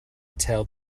tell